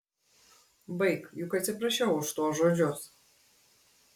baik juk atsiprašiau už tuos žodžius